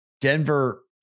Denver